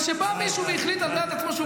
מכיוון שבא מישהו והחליט על דעת עצמו שהוא